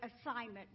assignment